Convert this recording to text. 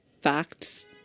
facts